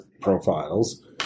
profiles